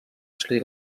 sri